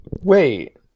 Wait